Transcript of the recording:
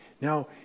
Now